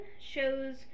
shows